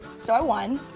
so i won.